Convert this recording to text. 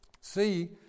see